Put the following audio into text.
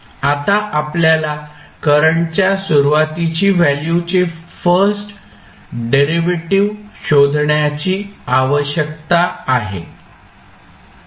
आता आपल्याला करंटच्या सुरुवातीची व्हॅल्यूचे फर्स्ट डेरिव्हेटिव्ह शोधण्याची आवश्यकता आहे